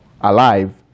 alive